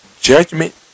Judgment